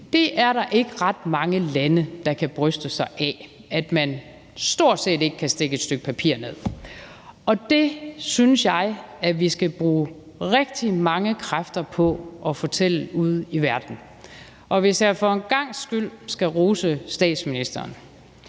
Det er der ikke ret mange lande der kan bryste sig af, altså at man stort set ikke kan stikke et stykke papir ned. Det synes jeg vi skal bruge rigtig mange kræfter på at fortælle ude i verden, og hvis jeg for en gangs skyld skal rose statsministeren,